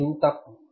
ಇದು ತಪ್ಪು